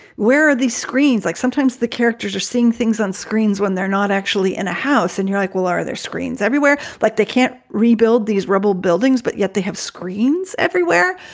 where are these screens? like, sometimes the characters are seeing things on screens when they're not actually in a house and you're equal. are there screens everywhere? like they can't rebuild these rebel buildings, but yet they have screens everywhere.